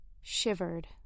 shivered